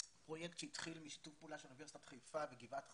פרויקט שהתחיל משיתוף פעולה של אוניברסיטת חיפה וגבעת חביבה.